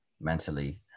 mentally